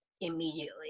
immediately